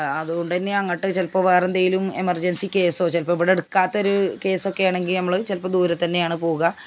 അത്കൊണ്ട് തന്നെ അങ്ങോട്ട് ചിലപ്പോൾ വേറെ എന്തെങ്കിലും എമര്ജന്സി കേസോ ചിലപ്പം ഇവിടെ എടുക്കാത്ത ഒരു കേസൊക്കെ ആണെങ്കിൽ നമ്മൾ ചിലപ്പം ദൂരത്തെന്നെയാണ് പോവുക